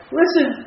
listen